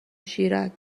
شیرند